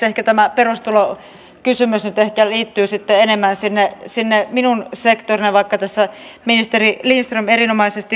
ehkä tämä perustulokysymys nyt liittyy sitten enemmän sinne minun sektorilleni vaikka tässä ministeri lindström erinomaisesti vastasi